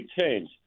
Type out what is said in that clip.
change